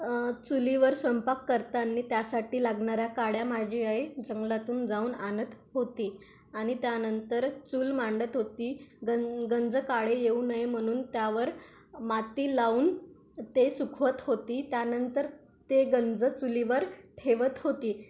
चुलीवर स्वयंपाक करताना त्यासाठी लागणाऱ्या काड्या माझी आई जंगलातून जाऊन आणत होती आणि त्यानंतर चूल मांडत होती गं गंज काळे येऊ नये म्हणून त्यावर माती लावून ते सुकवत होती त्यानंतर ते गंज चुलीवर ठेवत होती